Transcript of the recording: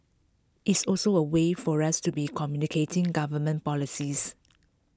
it's also A way for us to be communicating government policies